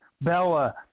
Bella